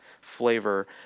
flavor